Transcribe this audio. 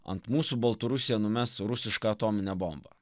ant mūsų baltarusija numes rusišką atominę bombą